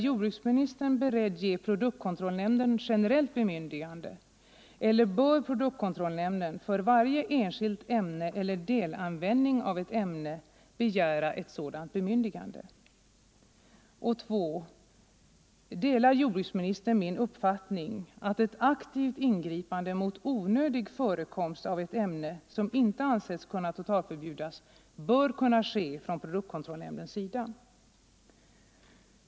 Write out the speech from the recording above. Ärjordbruksministern beredd ge produktkontrollnämnden generellt bemyndigande eller bör produktkontrollnämnden för varje enskilt ämne eller för delanvändning av ett ämne begära ett sådant bemyndigande? 2. Delar jordbruksministern min uppfattning att ett aktivt ingripande mot onödig förekomst av ett ämne som inte ansetts kunna totalförbjudas bör kunna ske från produktkontrollnämndens sida?